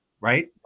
right